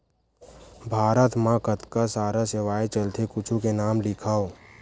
भारत मा कतका सारा सेवाएं चलथे कुछु के नाम लिखव?